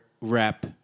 rep